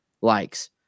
likes